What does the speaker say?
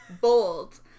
bold